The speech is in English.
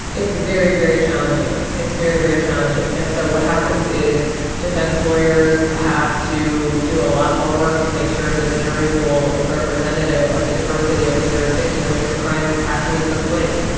it's very, very challenging. it's very, very challenging. and so what happens is defense lawyers have to do a lot more work to make sure that the jury pool is representative of the diversity of the jurisdiction in which the crime actually took place.